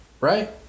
Right